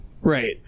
Right